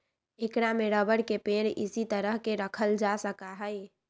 ऐकरा में रबर के पेड़ इसी तरह के रखल जा सका हई